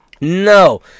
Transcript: No